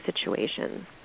situations